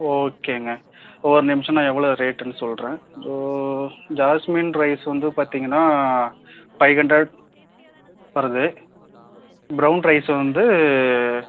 ஓகேங்க ஒரு நிமிஷம் நான் எவ்வளோ ரேட்டுன்னு சொல்லுறேன் ஸோ ஜாஸ்மின் ரைஸ் வந்து பார்த்தீங்கன்னா ஃபைவ் ஹண்ட்ரட் வருது பிரவுன் ரைஸ் வந்து